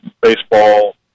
baseball